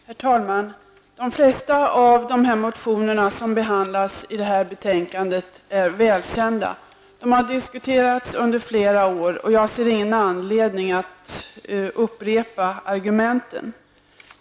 Herr talman! De flesta av de motioner som behandlas i detta betänkande är välkända. De har diskuterats under flera år och jag ser ingen anledning att upprepa argumenten.